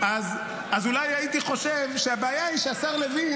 -- אז אולי הייתי חושב שהבעיה היא שהשר לוין